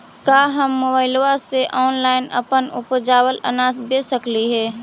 का हम मोबाईल से ऑनलाइन अपन उपजावल अनाज बेच सकली हे?